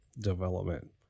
development